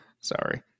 Sorry